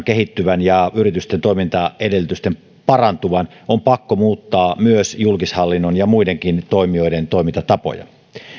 kehittyvän ja yritysten toimintaedellytysten parantuvan on pakko muuttaa myös julkishallinnon ja muidenkin toimijoiden toimintatapoja